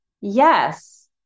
yes